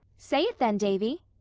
say it then, davy.